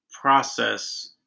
process